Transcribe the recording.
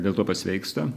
dėl to pasveiksta